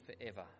forever